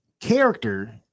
character